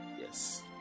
Yes